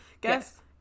guess